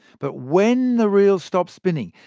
but when the reels stop spinning,